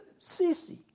sissy